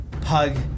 Pug